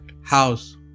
house